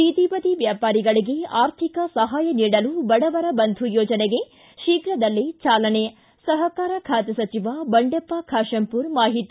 ಬೀದಿ ಬದಿ ವ್ಯಾಪಾರಿಗಳಿಗೆ ಆರ್ಥಿಕ ಸಹಾಯ ನೀಡಲು ಬಡವರ ಬಂಧು ಯೋಜನೆಗೆ ಶೀಘದಲ್ಲೇ ಚಾಲನೆ ಸಹಕಾರ ಖಾತೆ ಸಚಿವ ಬಂಡೆಪ್ಪ ಖಾಶೆಂಪೂರ ಮಾಹಿತಿ